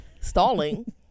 stalling